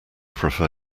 prefer